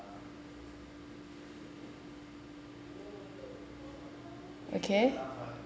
okay